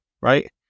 Right